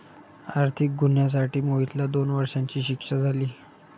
आर्थिक गुन्ह्यासाठी मोहितला दोन वर्षांची शिक्षा झाली